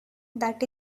that